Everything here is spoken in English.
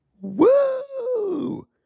Woo